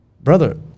brother